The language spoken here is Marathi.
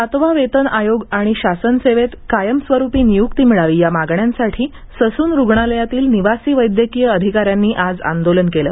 सातवा वेतन आयोग आणि शासन सेवेत कायमस्वरूपी नियुक्ती मिळावी या मागण्यांसाठी ससून रुग्णालयातील निवासी वैद्यकीय अधिकाऱ्यांनी आज आंदोलन केलं